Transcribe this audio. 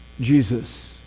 Jesus